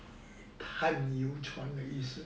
含油船的意思